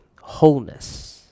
wholeness